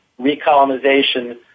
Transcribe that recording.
recolonization